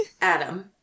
adam